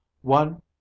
One